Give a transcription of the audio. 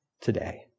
today